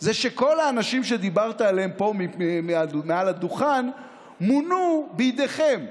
זה שכל האנשים שדיברת עליהם פה מעל הדוכן מונו בידיכם.